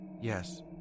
yes